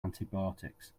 antibiotics